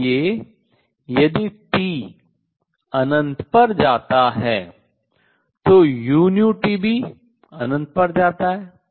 इसलिए यदि T अनंत पर जाता है तो uT भी अनंत पर जाता है